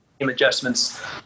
adjustments